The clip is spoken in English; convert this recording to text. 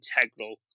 integral